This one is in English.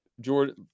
Jordan